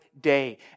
day